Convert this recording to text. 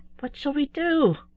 what shall we do?